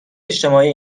اجتماعی